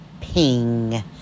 ping